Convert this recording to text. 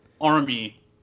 Army